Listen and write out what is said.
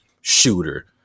shooter